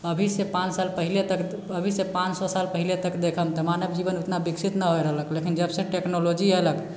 अभिसँ पाँच साल पहले तक अभिसँ पाँच सए साल पहले तक देखब तऽ मानव जीवन ओतना विकसित नहि होइ रहलक लेकिन जबसँ टेक्नोलॉजी ऐलक